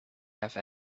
have